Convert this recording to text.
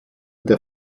der